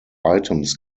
items